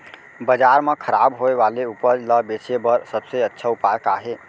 बाजार मा खराब होय वाले उपज ला बेचे बर सबसे अच्छा उपाय का हे?